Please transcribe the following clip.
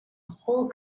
whole